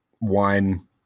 wine